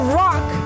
rock